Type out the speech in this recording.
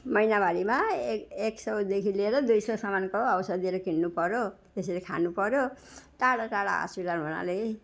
महिनावारीमा एक एक सयदेखि लिएर दुई सयसम्मको औषधिहरू किन्नुपऱ्यो त्यसरी खानुपऱ्यो टाढा टाढा हस्पिटल हुनाले